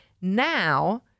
Now